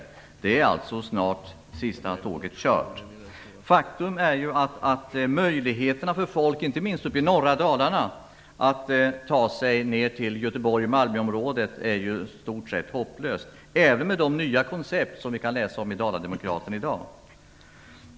Snart har alltså sista tåget kört. Faktum är att det är i stort sett hopplöst för folk, inte minst uppe i norra Dalarna, att ta sig ner till Göteborgs eller Malmöområdet, även med de nya koncept som vi kan läsa om i Dala-Demokraten i dag.